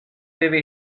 deve